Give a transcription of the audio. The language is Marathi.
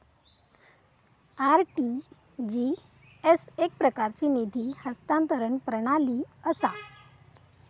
आर.टी.जी.एस एकप्रकारची निधी हस्तांतरण प्रणाली असा